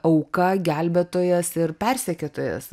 auka gelbėtojas ir persekiotojas